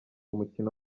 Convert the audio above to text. umukino